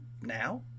now